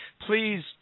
please